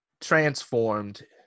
transformed